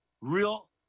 real